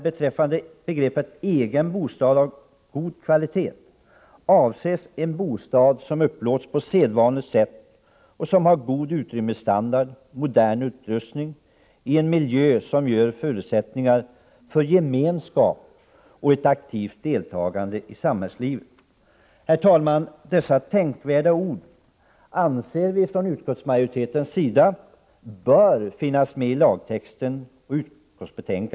Med begreppet ”egen bostad av god kvalitet” avses en bostad som upplåts på sedvanligt sätt och som har god utrymmesstandard och modern utrustning, i en miljö som ger förutsättningar för gemenskap och ett aktivt deltagande i samhällslivet. Herr talman! Dessa tänkvärda ord anser vi från utskottsmajoritetens sida bör finnas med i lagtexten.